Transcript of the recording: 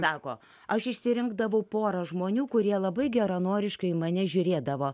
sako aš išsirinkdavau porą žmonių kurie labai geranoriškai mane žiūrėdavo